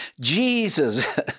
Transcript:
Jesus